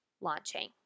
launching